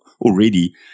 already